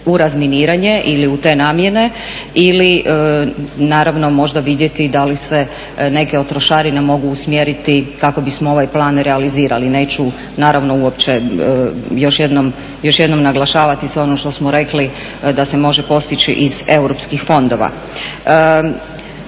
u razminiranje ili u te namjene ili naravno možda vidjeti da li se neke od trošarina mogu usmjeriti kako bismo ovaj plan realizirali. Neću naravno uopće još jednom naglašavati sve ono što smo rekli da se može postići iz europskih fondova.